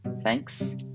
Thanks